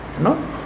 No